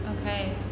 Okay